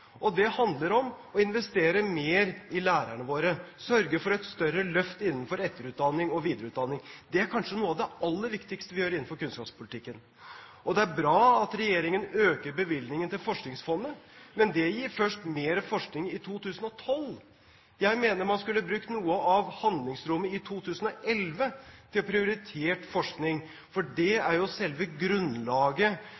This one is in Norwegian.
Det handler om å investere mer i lærerne våre, sørge for et større løft innenfor etterutdanning og videreutdanning. Det er kanskje noe av det aller viktigste vi gjør innenfor kunnskapspolitikken. Det er bra at regjeringen øker bevilgningen til Forskningsfondet, men det gir først mer forskning i 2012. Jeg mener man skulle brukt noe av handlingsrommet i 2011 til prioritert forskning, for det